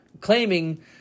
claiming